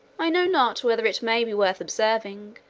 i know not whether it may be worth observing,